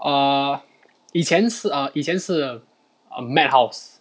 err 以前是 err 以前是 err madhouse